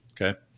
Okay